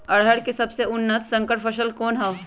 अरहर के सबसे उन्नत संकर फसल कौन हव?